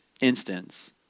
instance